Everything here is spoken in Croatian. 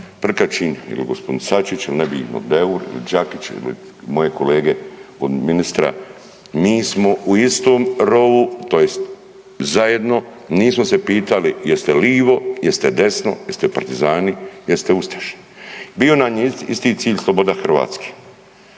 Prkačin il gospodin Sačić il nebitno Deur, Đakić ili moje kolege od ministra, mi smo u istom rovu, tj. zajedno, nismo se pitali jeste livo, jeste desno, jeste partizani jeste ustaše, bio nam je isti cilj, sloboda Hrvatske.